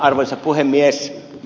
arvoisa puhemies